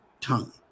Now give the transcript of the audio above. tongue